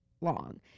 long